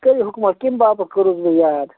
کٔرِو حُکماہ کٔمہِ باپتھ کٔرہوس بہٕ یاد